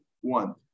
one